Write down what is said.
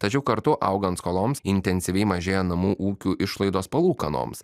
tačiau kartu augant skoloms intensyviai mažėja namų ūkių išlaidos palūkanoms